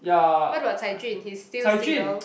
what about Cai-Jun he's still single